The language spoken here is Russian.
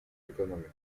экономика